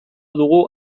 dugu